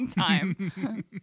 time